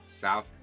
South